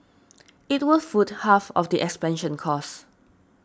it will foot half of the expansion costs